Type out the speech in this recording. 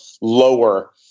lower